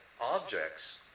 objects